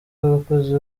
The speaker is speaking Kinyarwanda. abakozi